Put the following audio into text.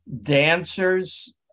Dancers